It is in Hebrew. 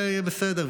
ויהיה בסדר,